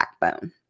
backbone